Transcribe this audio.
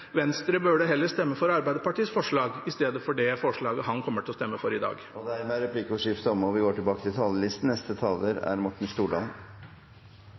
Venstre burde stemme for Arbeiderpartiets forslag i stedet for det forslaget de kommer til å stemme for i dag. Dermed er replikkordskiftet omme. Vi behandler i dag Prop. 13 S og